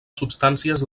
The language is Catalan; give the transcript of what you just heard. substàncies